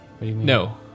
No